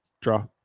draw